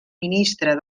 ministre